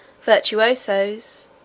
virtuosos